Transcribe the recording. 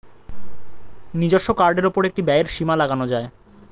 নিজস্ব কার্ডের উপর একটি ব্যয়ের সীমা লাগানো যায়